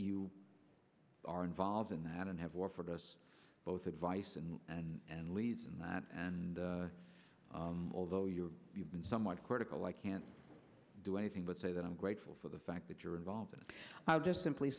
you are involved in that and have offered us both advice and leads in that and although you're you've been somewhat critical i can't do anything but say that i'm grateful for the fact that you're involved in just simply